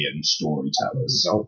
storytellers